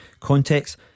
context